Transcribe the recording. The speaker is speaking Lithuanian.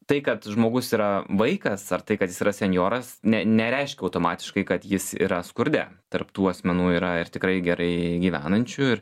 tai kad žmogus yra vaikas ar tai kad jis yra senjoras ne nereiškia automatiškai kad jis yra skurde tarp tų asmenų yra ir tikrai gerai gyvenančių ir